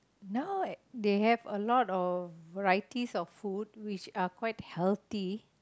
now they have a lot of varieties of food which are quite healthy